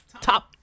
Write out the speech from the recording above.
top